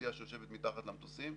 אוכלוסייה שיושבת מתחת למטוסים,